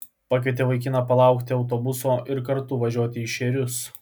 pakvietė vaikiną palaukti autobuso ir kartu važiuoti į šėrius